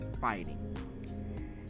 fighting